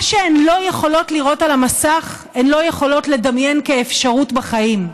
מה שהן לא יכולות לראות על המסך הן לא יכולות לדמיין כאפשרות בחיים,